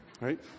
right